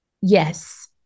Yes